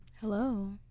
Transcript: Hello